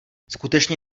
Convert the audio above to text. skutečně